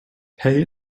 pay